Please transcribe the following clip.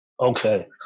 Okay